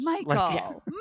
Michael